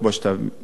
השנה הזאת